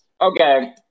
okay